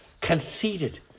conceited